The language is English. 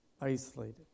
isolated